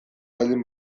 baldin